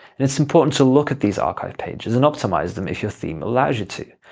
and it's important to look at these archive pages and optimize them if your theme allows you to,